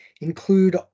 include